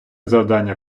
завдання